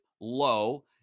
low